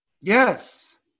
Yes